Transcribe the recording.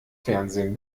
fernsehen